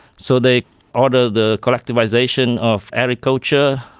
so they ordered the collectivisation of agriculture,